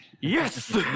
Yes